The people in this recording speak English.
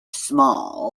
small